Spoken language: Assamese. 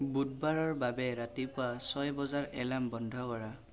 বুধবাৰৰ বাবে ৰাতিপুৱা ছয় বজাৰ এলাৰ্ম বন্ধ কৰা